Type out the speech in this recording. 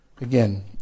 Again